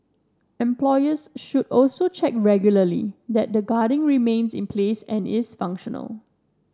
employers should also check regularly that the guarding remains in place and is functional